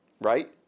Right